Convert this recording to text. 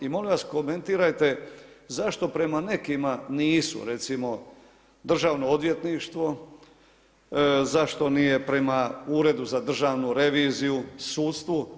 I molim vas komentirajte zašto prema nekima nisu recimo Državno odvjetništvo, zašto nije prema Uredu za državnu reviziju, sudstvu.